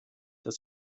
dass